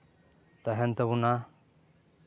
ᱛᱟᱦᱮᱱ ᱛᱟᱵᱚᱱᱟ